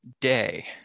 day